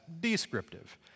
descriptive